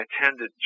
attended